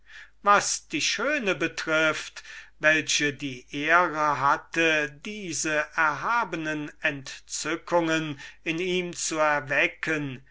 was die danae betrifft welche die ehre hatte diese erhabene entzückungen in ihm zu erwecken